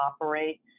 operate